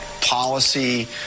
policy